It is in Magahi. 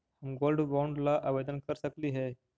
हम गोल्ड बॉन्ड ला आवेदन कर सकली हे?